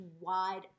wide